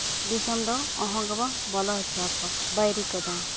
ᱫᱤᱥᱚᱢ ᱫᱚ ᱚᱦᱚ ᱜᱮᱵᱚᱱ ᱵᱚᱞᱚ ᱦᱚᱪᱚ ᱟᱠᱚᱣᱟ ᱵᱟᱹᱭᱨᱤ ᱠᱚᱫᱚ